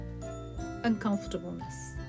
uncomfortableness